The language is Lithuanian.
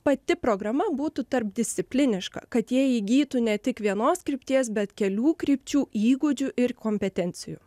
pati programa būtų tarpdiscipliniška kad jie įgytų ne tik vienos krypties bet kelių krypčių įgūdžių ir kompetencijų